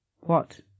What